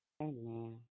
Amen